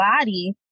body